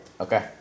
Okay